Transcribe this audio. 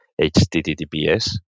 HTTPS